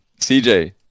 CJ